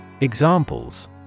Examples